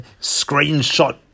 screenshot